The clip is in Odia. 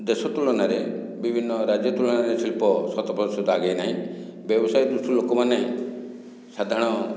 ଦେଶ ତୁଳନାରେ ବିଭିନ୍ନ ରାଜ୍ୟ ତୁଳନାରେ ଶିଳ୍ପ ଶତ ପ୍ରତିଶତ ଆଗେଇ ନାହିଁ ବ୍ୟବସାୟ ଦୃଷ୍ଟିରୁ ଲୋକମାନେ ସାଧାରଣ